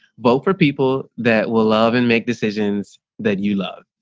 vote for people that will love and make decisions that you love.